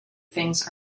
things